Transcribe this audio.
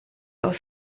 aus